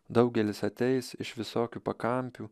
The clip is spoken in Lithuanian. daugelis ateis iš visokių pakampių